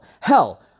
Hell